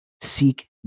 Seek